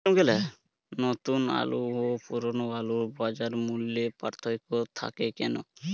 নতুন আলু ও পুরনো আলুর বাজার মূল্যে পার্থক্য থাকে কেন?